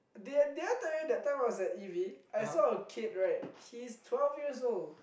did I did I tell you that time I was at Eve I saw a kid right he's twelve years old